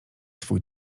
swój